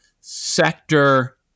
sector